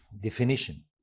definition